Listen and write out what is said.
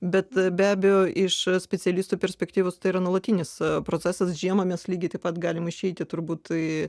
bet be abejo iš specialistų perspektyvos tai yra nuolatinis procesas žiemą mes lygiai taip pat galime išeiti turbūt į